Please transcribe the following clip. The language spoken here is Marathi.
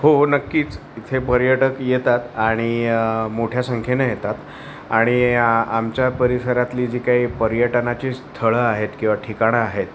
हो हो नक्कीच इथे पर्यटक येतात आणि मोठ्या संख्येनं येतात आणि आमच्या परिसरातली जी काही पर्यटनाची स्थळं आहेत किंवा ठिकाणं आहेत